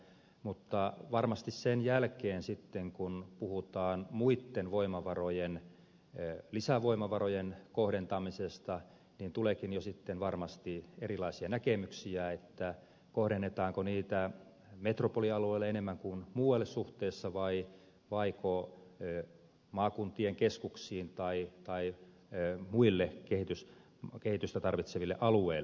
mutta varmasti sen jälkeen kun puhutaan muitten lisävoimavarojen kohdentamisesta tuleekin jo varmasti erilaisia näkemyksiä kohdennetaanko niitä metropolialueelle suhteessa enemmän kuin muualle vaiko maakuntien keskuksiin tai muille kehitystä tarvitseville alueille